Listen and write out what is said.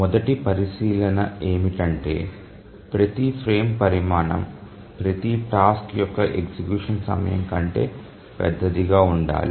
మొదటి పరిశీలన ఏమిటంటే ప్రతి ఫ్రేమ్ పరిమాణం ప్రతి టాస్క్ యొక్క ఎగ్జిక్యూషన్ సమయం కంటే పెద్దదిగా ఉండాలి